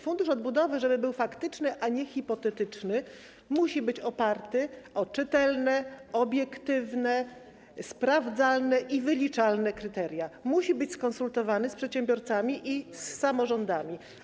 Fundusz Odbudowy, żeby był faktyczny, a nie hipotetyczny musi być oparty o czytelne, obiektywne, sprawdzalne i wyliczalne kryteria, musi być skonsultowany z przedsiębiorcami i z samorządami.